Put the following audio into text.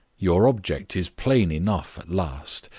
your object is plain enough, at last.